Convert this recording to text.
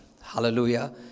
Hallelujah